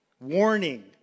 warning